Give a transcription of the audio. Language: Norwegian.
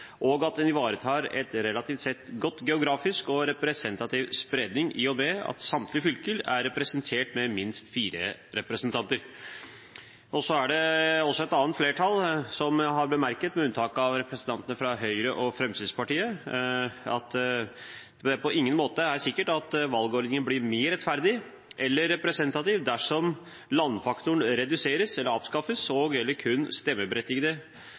og at den ivaretar en relativt sett god geografisk og representativ spredning, i og med at samtlige fylker er representert med minst fire representanter. Et annet flertall, alle med unntak av representantene fra Høyre og Fremskrittspartiet, har bemerket at det på ingen måte er sikkert at valgordningen blir mer rettferdig eller representativ dersom landarealfaktoren reduseres eller avskaffes og/eller kun at stemmeberettigede